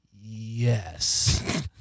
Yes